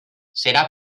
serà